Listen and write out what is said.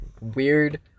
Weird